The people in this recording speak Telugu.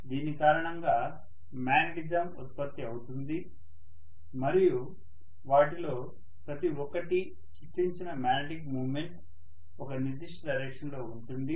దీని కారణంగా మాగ్నెటిజం ఉత్పత్తి అవుతుంది మరియు వాటిలో ప్రతి ఒక్కటి సృష్టించిన మ్యాగ్నెటిక్ మూమెంట్ ఒక నిర్దిష్ట డైరెక్షన్ లో ఉంటుంది